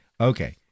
okay